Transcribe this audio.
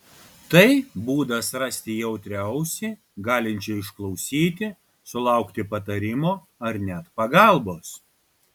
tai būdas rasti jautrią ausį galinčią išklausyti sulaukti patarimo ar net pagalbos